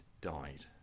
died